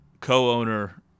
Co-owner